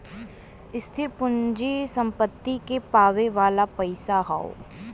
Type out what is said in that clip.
स्थिर पूँजी सम्पत्ति के पावे वाला पइसा हौ